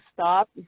stop